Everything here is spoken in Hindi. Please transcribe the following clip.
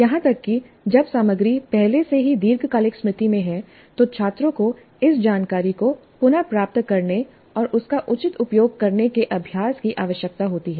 यहां तक कि जब सामग्री पहले से ही दीर्घकालिक स्मृति में है तो छात्रों को उस जानकारी को पुनः प्राप्त करने और उसका उचित उपयोग करने के अभ्यास की आवश्यकता होती है